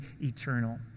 eternal